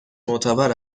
معتبر